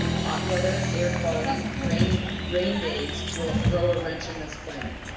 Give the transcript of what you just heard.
hot weather, air quality, rain rain days will throw a wrench in this plan,